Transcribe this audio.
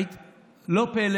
לא פלא